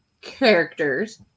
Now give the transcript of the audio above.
characters